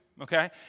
okay